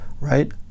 Right